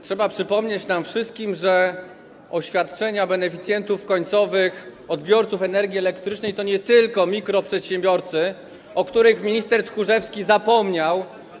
Trzeba przypomnieć nam wszystkim, że jeśli chodzi o oświadczenia beneficjentów końcowych, odbiorców energii elektrycznej, to nie tylko mikroprzedsiębiorcy, o których minister Tchórzewski zapomniał.